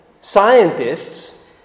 scientists